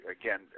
again